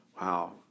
Wow